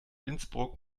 innsbruck